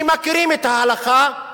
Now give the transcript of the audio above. שמכירים את ההלכה,